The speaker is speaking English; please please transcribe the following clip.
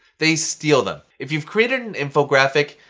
they steal them. if you've created an infographic,